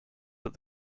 that